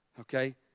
okay